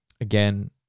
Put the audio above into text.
again